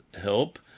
help